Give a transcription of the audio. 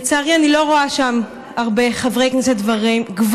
לצערי אני לא רואה שם הרבה חברי כנסת גברים,